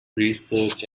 research